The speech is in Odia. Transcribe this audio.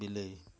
ବିଲେଇ